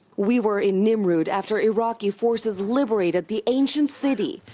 we were in nimrud after iraqi forces liberated the ancient city,